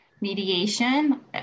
mediation